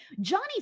Johnny